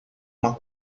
uma